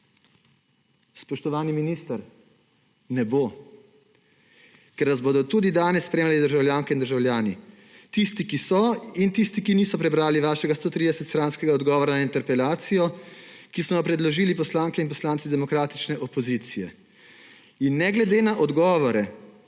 Spoštovani minister, ne bo! Ker vas bodo tudi danes spremljali državljanke in državljani; tisti, ki so, in tisti, ki niso prebrali vašega 130-stranskega odgovora na interpelacijo, ki smo jo predložili poslanke in poslanci demokratične opozicije. In ne glede na odgovore